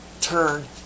Turn